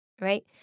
right